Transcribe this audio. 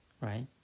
Right